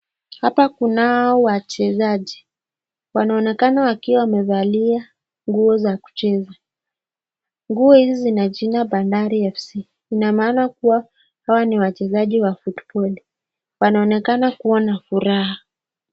Hapa kuna wachezaji wanaonekana wakiwa wamevalia nguo za kucheza, nguo hizi zimeandikwa Bandari FC ina maana kuwa wao ni wachezaji wa futiboli, wanaonekana kuwa na furaha.